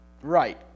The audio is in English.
Right